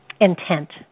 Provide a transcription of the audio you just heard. Intent